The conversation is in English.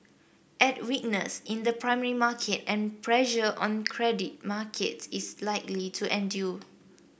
add weakness in the primary market and pressure on credit markets is likely to endure